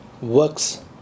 works